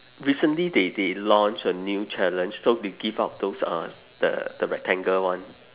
recently they they launch a new challenge so they give out those uh the the rectangle one